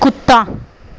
कुत्ता